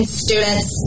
students